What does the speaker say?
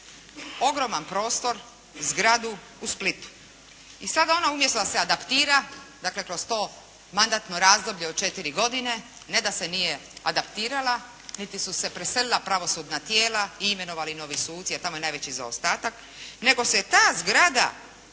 ogroman prostor, zgradu u Splitu. I sad ona umjesto da se adaptira dakle kroz to mandatno razdoblje od četiri godine, ne da se nije adaptirala, niti su se preselila pravosudna tijela i imenovali novi suci, a tamo je najveći zaostatak, nego se je ta zgrada